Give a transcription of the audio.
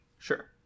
Sure